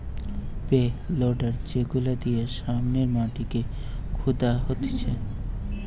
pay loader যেগুলা দিয়ে সামনের মাটিকে খুদা হতিছে